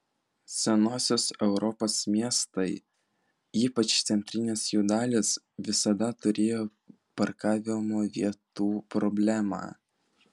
senosios europos miestai ypač centrinės jų dalys visada turėjo parkavimo vietų problemą